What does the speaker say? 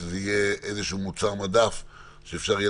אז שיהיה איזשהו מוצר מדף שאפשר יהיה